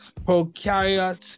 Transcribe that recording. Prokaryotes